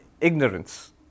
ignorance